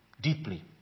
Deeply